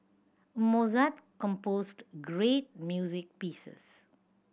Mozart composed great music pieces